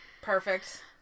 Perfect